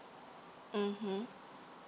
mm